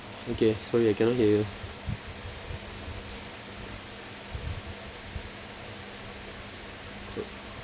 okay sorry I cannot hear you